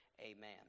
Amen